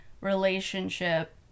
relationship